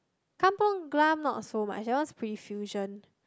kampung-Glam not so much that one is pretty fusion